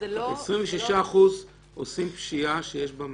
26% עושים פשיעה שיש בה מאסר.